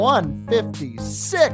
156